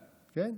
כן.